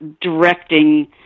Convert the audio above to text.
directing